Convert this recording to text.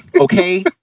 Okay